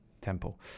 temple